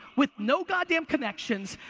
with no god damn connections,